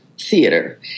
Theater